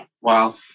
Wow